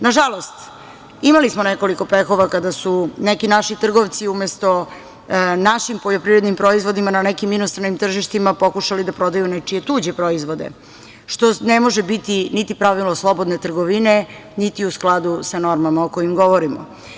Nažalost, imali smo nekoliko pehova kada su neki naši trgovci umesto našim poljoprivrednim proizvodima na nekim inostranim tržištima pokušali da prodaju nečije tuđe proizvode, što ne može biti niti pravilo slobodne trgovine, niti u skladu sa normama o kojima govorimo.